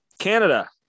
canada